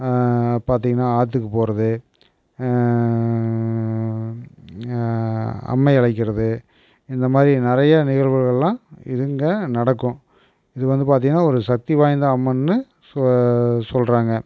பார்த்திங்கனா ஆற்றுக்கு போகிறது அம்மை அழைக்கிறது இந்த மாதிரி நிறைய நிகழ்வுகள்லாம் இங்க நடக்கும் இது வந்து பார்த்திங்கனா ஒரு சத்தி வாய்ந்த அம்மன்னு சொல்கிறாங்க